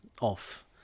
off